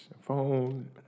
phone